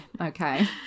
okay